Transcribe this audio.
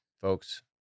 folks